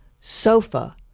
sofa